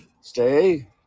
Stay